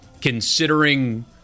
considering